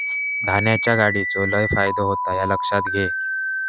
धान्याच्या गाडीचो लय फायदो होता ह्या लक्षात घे